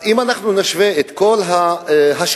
אם אנחנו נשווה את כל ההשקעה